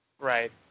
Right